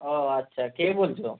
ও আচ্ছা কে বলছো